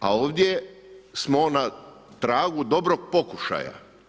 A ovdje smo na tragu dobrog pokušaja.